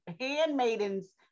handmaidens